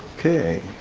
okay.